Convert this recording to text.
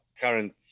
current